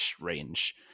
range